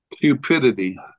Cupidity